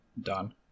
Done